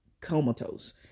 comatose